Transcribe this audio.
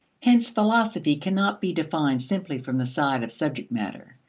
hence philosophy cannot be defined simply from the side of subject matter.